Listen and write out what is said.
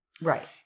Right